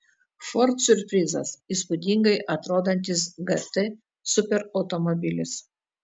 ford siurprizas įspūdingai atrodantis gt superautomobilis